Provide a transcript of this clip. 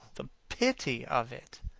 the pity of it!